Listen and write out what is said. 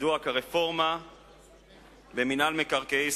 הידוע כרפורמה במינהל מקרקעי ישראל,